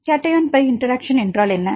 cation pi interaction என்றால் என்ன